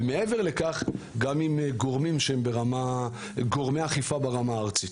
ומעבר לכך גם עם גורמי האכיפה ברמה הארצית.